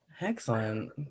Excellent